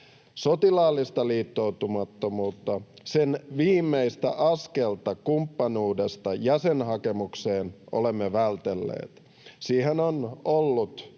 Sotilaallista liittoutumattomuutta, sen viimeistä askelta kumppanuudesta jäsenhakemukseen, olemme vältelleet. Siihen on ollut